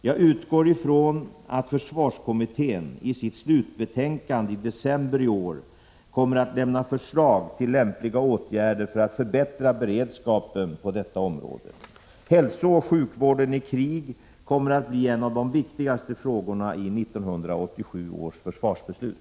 Jag utgår från att försvarskommittén i sitt slutbetänkande i december i år kommer att lämna förslag till lämpliga åtgärder för att förbättra beredskapen på detta område. Hälsooch sjukvården i krig kommer att bli en av de viktiga frågorna i 1987 års försvarsbeslut.